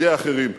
בידי אחרים.